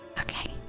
Okay